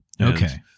Okay